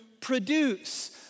produce